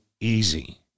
easy